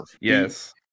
Yes